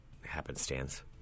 happenstance